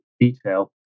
detail